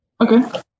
Okay